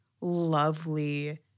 lovely